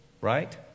Right